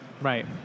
Right